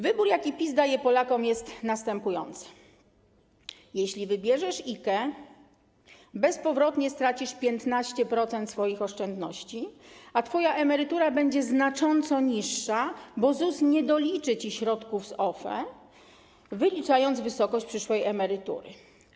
Wybór, jaki PiS daje Polakom, jest następujący: jeśli wybierzesz IKE, bezpowrotnie stracisz 15% swoich oszczędności, a twoje emerytura będzie znacząco niższa, bo ZUS nie doliczy ci środków z OFE, wyliczając wysokość przyszłej emerytury.